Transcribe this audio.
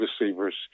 receivers